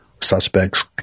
suspects